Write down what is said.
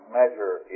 measure